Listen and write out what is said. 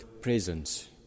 presence